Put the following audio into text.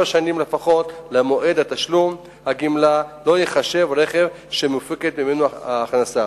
שנים לפחות למועד תשלום הגמלה לא ייחשב רכב שמופקת ממנו הכנסה.